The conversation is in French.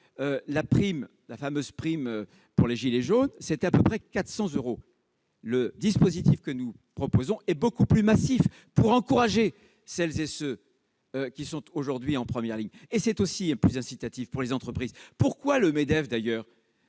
... que la fameuse prime pour les « gilets jaunes » représentait à peu près 400 euros. Le dispositif que nous proposons est beaucoup plus massif, pour encourager celles et ceux qui sont aujourd'hui en première ligne, et davantage incitatif pour les entreprises. Le Medef l'a d'ailleurs